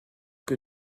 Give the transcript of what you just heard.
que